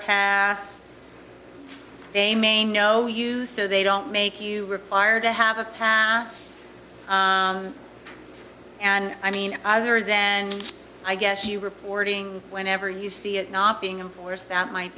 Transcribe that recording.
pass they may know you so they don't make you require to have a pass and i mean other than i guess you reporting whenever you see it not being a force that might